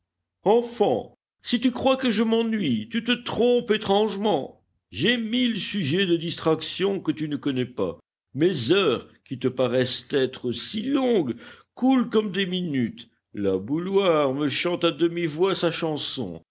enfant si tu crois que je m'ennuie tu te trompes étrangement j'ai mille sujets de distraction que tu ne connais pas mes heures qui te paraissent être si longues coulent comme des minutes la bouilloire me chante à demi-voix sa chanson